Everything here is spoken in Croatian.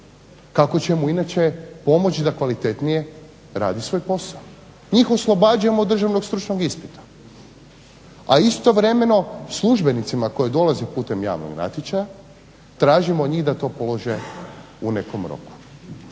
kako će mu inače pomoći da kvalitetnije radi svoj posao, njih oslobađamo državnog stručnog ispita, a istovremeno službenicima koji dolaze putem javnog natječaja tražimo da to polože u nekom roku.